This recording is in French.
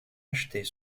acheter